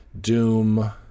Doom